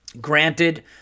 Granted